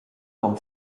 con